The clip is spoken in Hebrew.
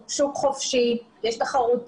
חופשי, יש תחרות,